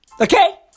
Okay